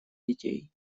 детей